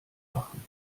machen